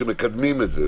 שמקדמים את זה,